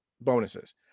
bonuses